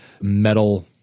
metal